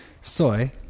soy